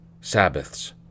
Sabbaths